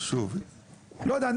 לא יודע,